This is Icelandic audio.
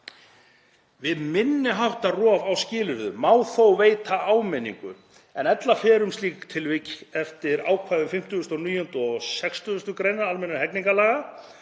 Við minni háttar rofi á skilyrðum má veita áminningu, en ella fer um slík tilvik eftir ákvæðum 59. eða 60. gr. almennra hegningarlaga,